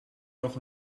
nog